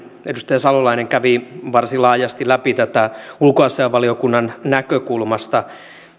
edustaja salolainen kävi varsin laajasti läpi tätä ulkoasiainvaliokunnan näkökulmasta